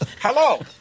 Hello